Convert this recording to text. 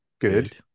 good